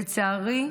לצערי,